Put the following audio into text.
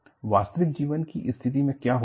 वास्तविक जीवन की स्थिति में क्या होता है